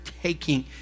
taking